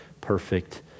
perfect